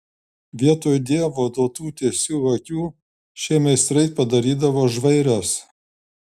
vietoj dievo duotų tiesių akių šie meistrai padarydavo žvairas